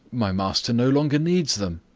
my master no longer needs them.